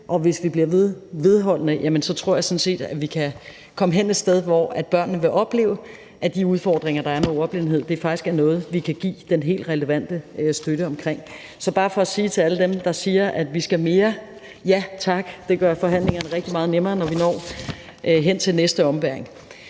ved med at være vedholdende, tror jeg sådan set, at vi kan komme et sted hen, hvor børnene vil opleve, at de udfordringer, der er med ordblindhed, faktisk er noget, vi kan give den helt relevante støtte omkring. Det er bare for at sige til alle dem, der siger, at vi skal mere: Ja tak! Det gør forhandlingerne meget, meget nemmere, når vi når til næste ombæring.